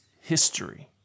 history